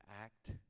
act